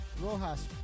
Rojas